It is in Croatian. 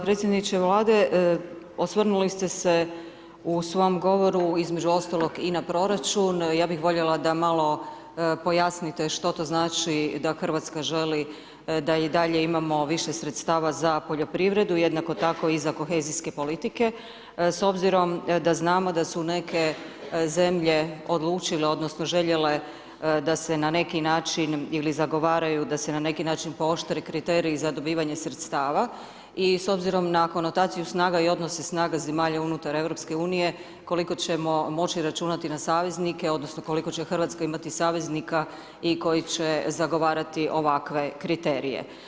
Predsjedniče Vlade, osvrnuli ste se u svom govoru između ostalog i na proračun, ja bih voljela da malo pojasnite što to znači da Hrvatska želi da i dalje imamo više sredstava za poljoprivredu, jednako tako i za kohezijske politike, s obzirom da znamo da su neke zemlje odlučile odnosno željele da se na neki način, ili zagovaraju da se na neki način pooštre kriteriji za dobivanje sredstava, i s obzirom na konotaciju snaga i odnose snaga zemlja unutar Europske unije, koliko ćemo moći računati na saveznike odnosno koliko će Hrvatska imati saveznika i koji će zagovarati ovakve kriterije.